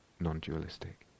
non-dualistic